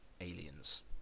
Aliens